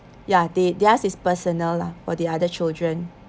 ya they theirs is personal lah for the other children